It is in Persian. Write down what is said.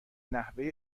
نحوه